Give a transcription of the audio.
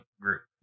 group